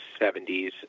70s